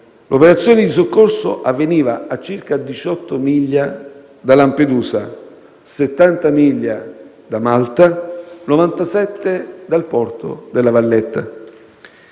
L'operazione di soccorso avveniva a circa 18 miglia da Lampedusa, a 70 miglia da Malta e a 97 dal porto de La Valletta.